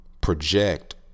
project